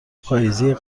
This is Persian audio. پاییزی